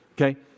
okay